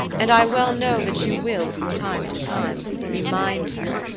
and i well know that you will, from time to time, remind her,